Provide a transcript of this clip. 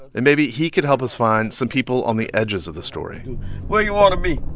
and maybe he could help us find some people on the edges of the story where you want to meet?